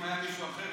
אם היה מישהו אחר,